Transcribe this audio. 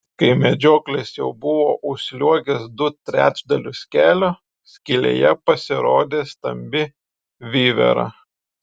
kai medžioklis jau buvo užsliuogęs du trečdalius kelio skylėje pasirodė stambi vivera